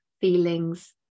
feelings